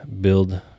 build